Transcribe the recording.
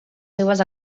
seves